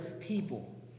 people